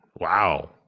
Wow